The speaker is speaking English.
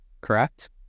correct